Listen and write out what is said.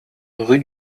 rue